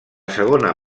segona